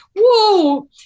Whoa